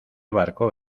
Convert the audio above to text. barco